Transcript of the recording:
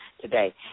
today